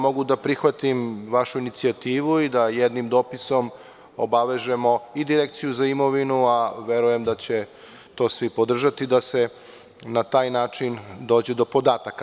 Mogu da prihvatim vašu inicijativu da jednim dopisom obavežemo Direkciju za imovinu, a verujem da će to svi podržati, da se na taj način dođe do podataka.